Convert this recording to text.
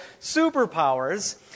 superpowers